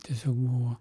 tiesiog buvo